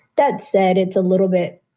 that said, it's a little bit.